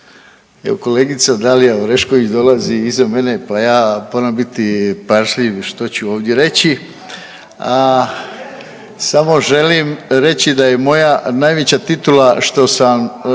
pažljiv što ću ovdje reći.